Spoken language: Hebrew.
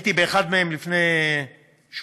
הייתי באחד מהם לפני שבועיים,